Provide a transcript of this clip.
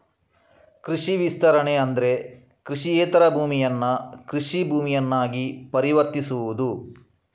ಕೃಷಿ ವಿಸ್ತರಣೆ ಅಂದ್ರೆ ಕೃಷಿಯೇತರ ಭೂಮಿಯನ್ನ ಕೃಷಿ ಭೂಮಿಯನ್ನಾಗಿ ಪರಿವರ್ತಿಸುವುದು